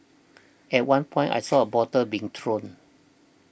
at one point I saw a bottle being thrown